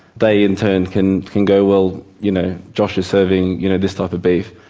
they in turn can can go, well you know, josh is serving you know this type of beef,